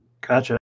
Gotcha